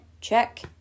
check